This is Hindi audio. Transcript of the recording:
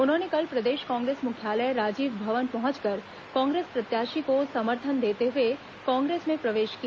उन्होंने कल प्रदेश कांग्रेस मुख्यालय राजीव भवन पहुंचकर कांग्रेस प्रत्याशी को समर्थन देते हुए कांग्रेस में प्रवेश किया